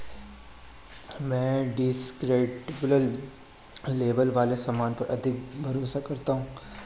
मैं descriptive label वाले सामान पर अधिक भरोसा करता हूं